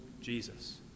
Jesus